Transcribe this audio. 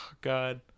God